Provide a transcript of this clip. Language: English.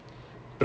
mm